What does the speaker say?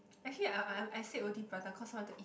actually I I'm I said Roti-Prata cause I want to eat it